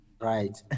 Right